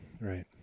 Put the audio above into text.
right